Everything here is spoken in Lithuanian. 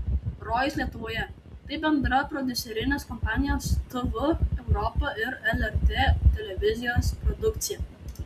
rojus lietuvoje tai bendra prodiuserinės kompanijos tv europa ir lrt televizijos produkcija